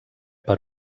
per